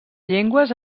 llengües